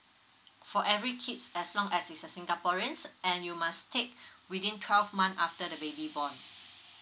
for every kids as long as is a singaporeans and you must take within twelve months after the baby born